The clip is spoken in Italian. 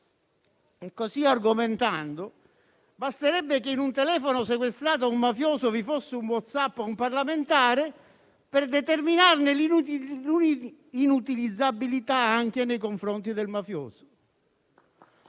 Così argomentando, basterebbe che in un telefono sequestrato a un mafioso vi fosse un messaggio inviato a un parlamentare per determinarne la inutilizzabilità anche nei confronti del mafioso.